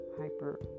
hyper